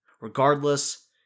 Regardless